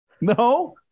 No